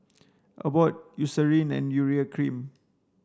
Abbott Eucerin and Urea cream